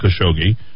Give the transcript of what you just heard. Khashoggi